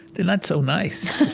they're not so nice,